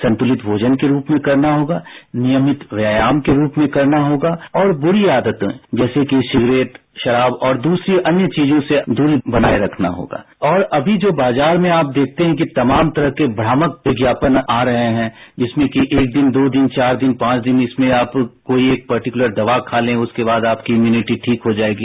संतुलित भोजन के रूप में करना होगा नियमित व्यायाम के रूप में करना होगा और बुरी आदतों जैसे कि सिगरेट शराब और दूसरी अन्य चीजों से दूरी बनाए रखना होगा और अमी जो बाजार में आप देखते हैं कि तमाम तरह के आमक विज्ञापन आ रहे हैं जिसमें कि एक दिन दो दिन चार दिन पांच दिन इसमें आप कोई एक पर्टिकलर राज्य के राज्य पार्ट के लिए इम्पुनिटी ठीक हो जाएगी